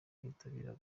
kwitabira